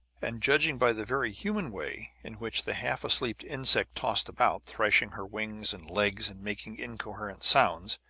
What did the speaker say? and judging by the very human way in which the half-asleep insect tossed about, thrashing her wings and legs and making incoherent sounds,